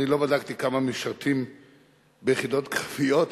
אני לא בדקתי כמה משרתים ביחידות קרביות,